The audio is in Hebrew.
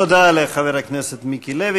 תודה לחבר הכנסת מיקי לוי.